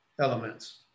elements